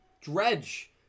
dredge